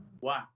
Wow